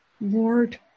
Lord